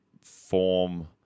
form